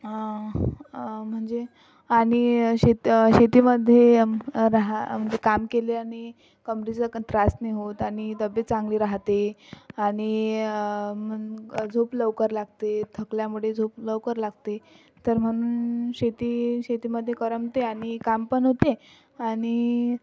आणि म्हणजे आणि शेत शेतीमध्ये राहणं म्हणजे काम केले आणि कंबरेचा पण काही त्रास नाही होत तब्येत चांगली राहते आणि झोप लवकर लागते थकल्यामुळे झोप लवकर लागते म्हणून शेती शेतीमध्ये करमते आणि काम पण होते आणि